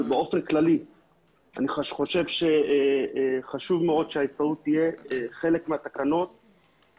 אבל באופן כללי אני חושב שחשוב מאוד שההסתדרות תהיה חלק מהתקנות,